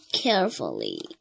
carefully